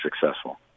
successful